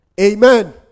Amen